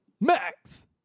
Max